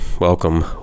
welcome